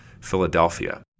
Philadelphia